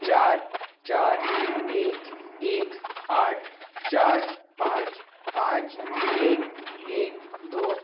चार चार एक एक आठ चार पाँच पाँच एक एक दो